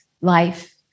life